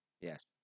Yes